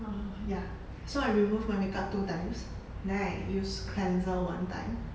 um ya so I removed my makeup two times then I use cleanser one time